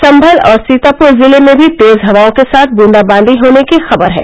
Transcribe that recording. सम्भल और सीतापुर जिले में भी तेज हवाओं के साथ ब्रंदाबांदी होने की खबर है